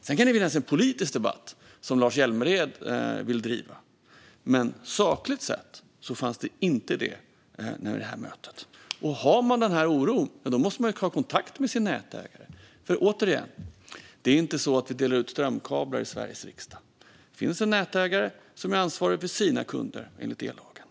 Sedan kan det finnas en politisk debatt, som Lars Hjälmered vill driva, men sakligt sett, sas det på mötet, finns det ingen risk. Om man har denna oro måste man ta kontakt med sin nätägare. Återigen: Det är inte så att vi delar ut strömkablar i Sveriges riksdag, utan det finns en nätägare som är ansvarig för sina kunder, enligt ellagen.